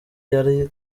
yari